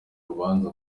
urubanza